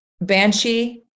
banshee